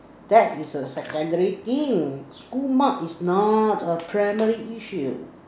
that is a secondary thing school mark is not a primary issue